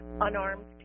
unarmed